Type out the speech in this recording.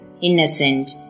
Innocent